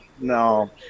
no